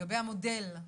לגבי המודל,